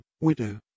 widow